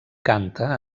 canta